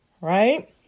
Right